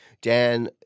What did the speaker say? Dan